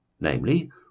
namely